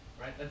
right